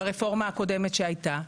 ברפורמה הקודמת שהייתה,